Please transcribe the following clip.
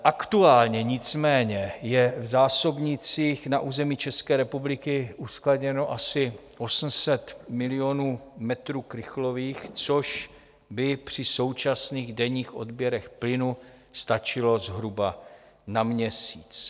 Aktuálně nicméně je v zásobnících na území České republiky uskladněno asi 800 milionů metrů krychlových, což by při současných denních odběrech plynu stačilo zhruba na měsíc.